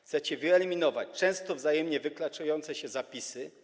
Chcecie wyeliminować często wzajemnie wykluczające się zapisy.